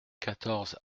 quatorze